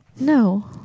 No